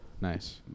Nice